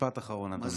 משפט אחרון, אדוני.